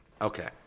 Okay